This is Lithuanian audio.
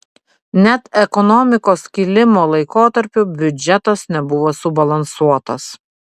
net ekonomikos kilimo laikotarpiu biudžetas nebuvo subalansuotas